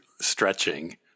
stretching